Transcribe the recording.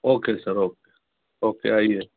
okay sir okay okay आइए